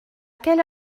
quelle